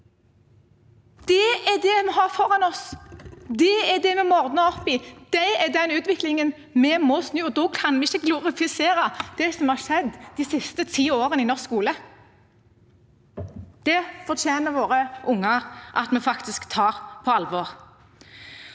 Det er det vi har foran oss. Det er det vi må ordne opp i. Det er den utviklingen vi må snu, og da kan vi ikke glorifisere det som har skjedd de siste ti årene i norsk skole. Det fortjener våre unger at vi faktisk tar på alvor.